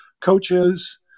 coaches